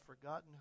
forgotten